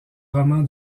roman